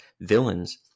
villains